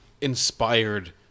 inspired